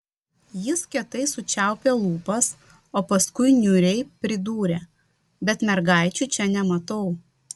jis kietai sučiaupė lūpas o paskui niūriai pridūrė bet mergaičių čia nematau